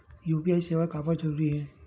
UPI सेवाएं काबर जरूरी हे?